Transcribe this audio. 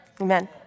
Amen